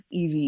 EV